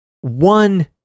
one